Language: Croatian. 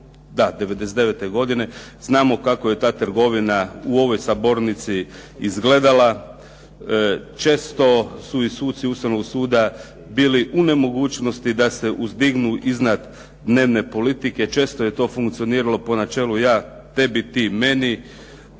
suci '99. godine, znamo kako je ta trgovina u ovoj sabornici izgledala. Često su i suci Ustavnog suda bili u nemogućnosti da se uzdignu iznad dnevne politike, često je to funkcioniralo po načelu ja tebi, ti meni,